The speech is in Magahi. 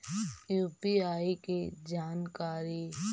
यु.पी.आई के जानकारी?